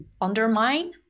undermine